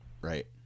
Right